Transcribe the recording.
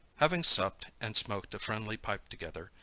having supped and smoked a friendly pipe together,